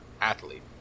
athlete